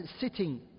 sitting